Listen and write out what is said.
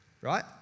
right